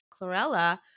chlorella